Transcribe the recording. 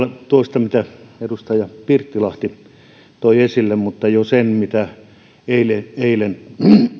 tuosta mitä edustaja pirttilahti toi esille ja jo eilen eilen